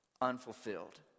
unfulfilled